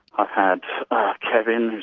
i've had kevin,